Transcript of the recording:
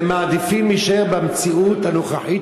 הם מעדיפים להישאר במציאות הנוכחית,